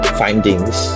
findings